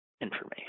information